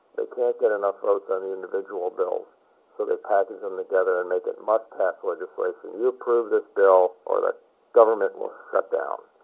they can't get enough votes on the individual bills so they package them together and make it must-pass legislation. you approve this bill or the government will shut down,